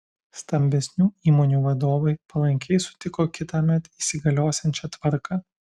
stambesnių įmonių vadovai palankiai sutiko kitąmet įsigaliosiančią tvarką